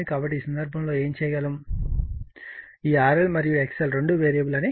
కాబట్టి ఈ సందర్భంలో ఏమి చేయగలము ఈ RL మరియు XL రెండూ వేరియబుల్ అని మనకు తెలుసు